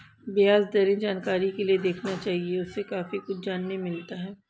ब्याज दरें जानकारी के लिए देखना चाहिए, उससे काफी कुछ जानने मिलता है